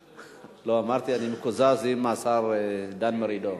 אמרתי, אני מקוזז, עם השר דן מרידור.